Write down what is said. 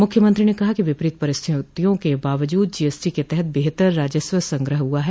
मुख्यमंत्री ने कहा कि विपरीत परिस्थितियों के बावजूद जीएसटी के तहत बेहतर राजस्व संग्रह हुआ है